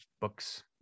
books